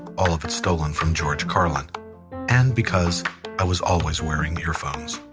all of it stolen from george carlin and because i was always wearing earphones